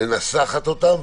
מנסחת אותם,